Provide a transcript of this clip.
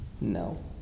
No